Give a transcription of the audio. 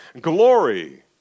glory